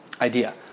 idea